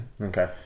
Okay